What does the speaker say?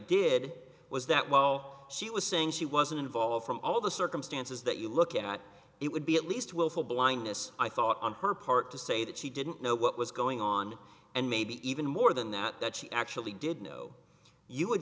did was that while she was saying she wasn't involved from all the circumstances that you look at it would be at least willful blindness i thought on her part to say that she didn't know what was going on and maybe even more than that that she actually did know you